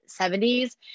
70s